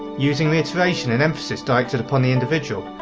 using reiteration and emphasis directed upon the individual,